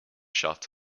shot